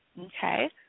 Okay